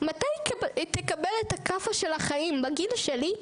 מתי היא תקבל את הכאפה של החיים בגיל שלי,